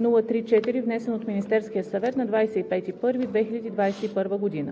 102-03-4, внесен от Министерския съвет на 25 януари 2021 г.